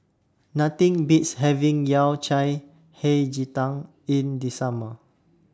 Nothing Beats having Yao Cai Hei Ji Tang in The Summer